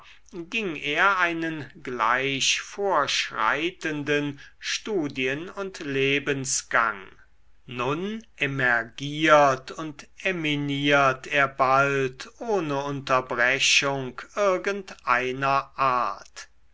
ging er einen gleich vorschreitenden studien und lebensgang nun emergiert und eminiert er bald ohne unterbrechung irgend einer art